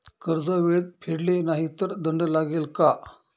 कर्ज वेळेत फेडले नाही तर दंड लागेल का?